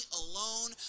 alone